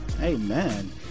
amen